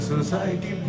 Society